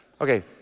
Okay